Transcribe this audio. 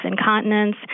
incontinence